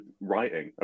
writing